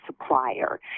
supplier